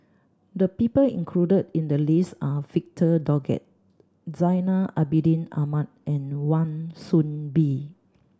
the people included in the list are Victor Doggett Zainal Abidin Ahmad and Wan Soon Bee